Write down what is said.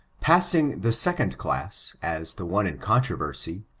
passing the second class, as the one in controversy,